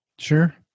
Sure